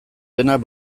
denak